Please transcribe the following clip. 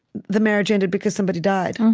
the marriage ended because somebody died,